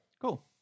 Cool